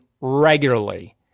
regularly